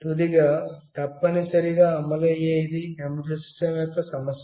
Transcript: తుది గా embedded system తప్పనిసరిగా ఎలా అమలు అవుతందనేదే ప్రశ్న